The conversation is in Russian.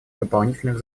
дополнительных